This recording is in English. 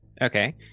Okay